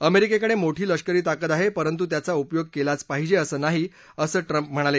अमेरिकेकडे मोठी लष्करी ताकद आहे परंतू त्याचा उपयोग केलाच पाहिजे असं नाही असंही ट्रम्प म्हणाले